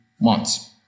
months